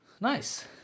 Nice